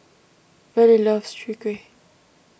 Vallie loves Chwee Kueh